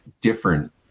different